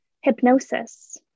hypnosis